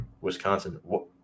Wisconsin